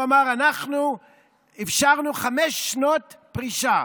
כלומר, אפשרנו חמש שנות פרישה,